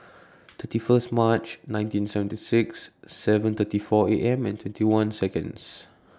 thirty First March nineteen seventy six seven thirty four A M and twenty one Second